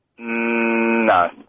No